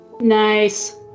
Nice